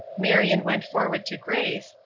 marion went forward to grace,